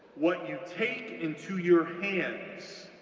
what you take into your hands,